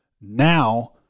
Now